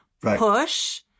push